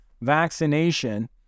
vaccination